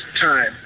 time